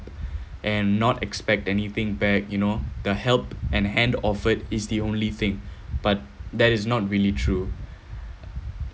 and not expect anything back you know the help and hand offered is the only thing but that is not really true